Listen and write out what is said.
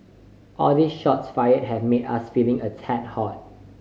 all these shots fired have made us feeling a tad hot